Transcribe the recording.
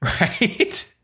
right